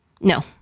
No